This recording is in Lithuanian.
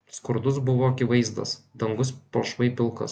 skurdus buvo akivaizdas dangus palšvai pilkas